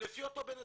לפי אותו בנאדם,